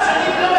שאמה.